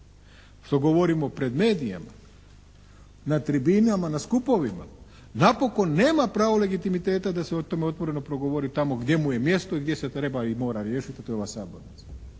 što govorimo pred medijem, na tribinama, na skupovima napokon nema pravo legitimiteta da se o tome otvoreno progovori tamo gdje mu je mjesto i gdje se treba i mora riješiti, a to je ova sabornica.